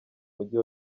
mujyi